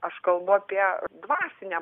aš kalbu apie dvasinę